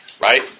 right